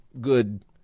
good